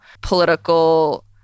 political